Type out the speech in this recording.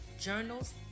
journals